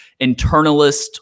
internalist